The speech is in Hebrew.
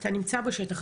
אתה נמצא בשטח,